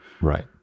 Right